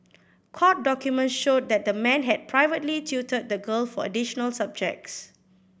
court documents showed that the man had privately tutored the girl for additional subjects